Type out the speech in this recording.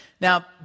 Now